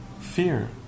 fear